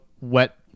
wet